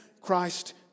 Christ